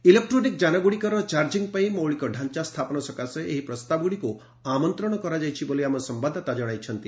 electronic ଯାନଗୁଡ଼ିକର charging ପାଇଁ ମୌଳିକ ଡ଼ାଞ୍ଚା ସ୍ଥାପନ ସକାଶେ ଏହି ପ୍ରସ୍ତାବଗୁଡ଼ିକୁ ଆମନ୍ତ୍ରଣ କରାଯାଇଛି ବୋଲି ଆମ ସମ୍ବାଦଦାତା ଜଣାଇଛନ୍ତି